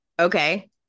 okay